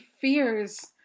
fears